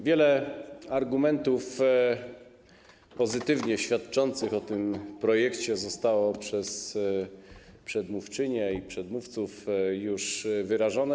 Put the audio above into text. Wiele argumentów pozytywnie świadczących o tym projekcie zostało przez przedmówczynię i przedmówców już wyrażonych.